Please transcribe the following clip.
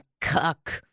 cuck